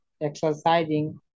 exercising